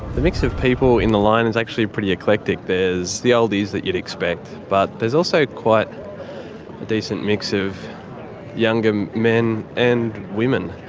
the mix of people in the line is actually pretty eclectic. there's the oldies that you'd expect but there's also quite a decent mix of younger men and women.